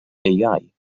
beiau